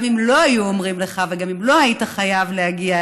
גם אם לא היו אומרים לך וגם אם לא היית חייב להגיע,